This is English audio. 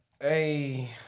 Hey